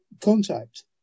contact